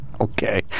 Okay